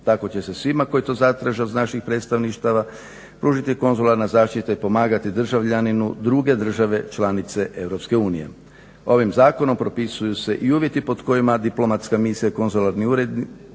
Tako će se svima koji to zatraže od naših predstavništava pružiti konzularna zaštita i pomagati državljaninu druge države članice EU. Ovim zakonom propisuju se i uvjeti pod kojima diplomatska misija i konzularni ured